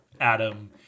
Adam